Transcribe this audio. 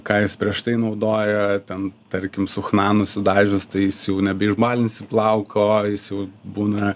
ką jis prieš tai naudojo ten tarkim su chna nusidažius tai jis jau nebeišbalinsi plauko jis jau būna